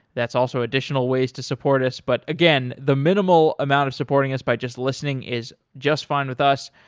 that's also additional ways to support us. but again, the minimal amount of supporting us by just listening is just fine with us.